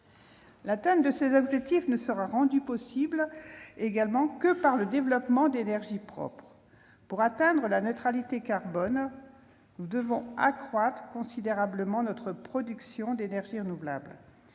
L'atteinte de ces objectifs ne sera rendue possible également que par le développement d'énergies propres. Pour atteindre la neutralité carbone, nous devons accroître considérablement notre production d'énergies renouvelables.